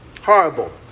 Horrible